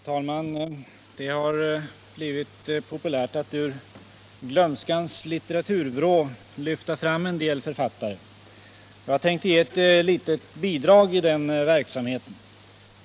Herr talman! Det har blivit populärt att ur glömskans litteraturvrå lyfta fram en del författare. Jag tänkte ge ett litet bidrag i den verksamheten.